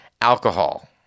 Alcohol